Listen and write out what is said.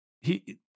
He-